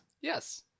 Yes